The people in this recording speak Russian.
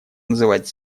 называть